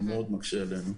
מה שמאוד מקשה עלינו.